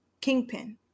kingpin